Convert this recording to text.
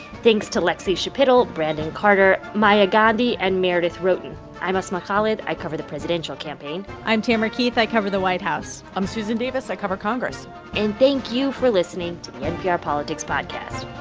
thanks to lexie schapitl, brandon carter, maya gandhi and meredith roten i'm asma khalid. i cover the presidential campaign i'm tamara keith. i cover the white house i'm susan davis. i cover congress and thank you for listening to the npr politics podcast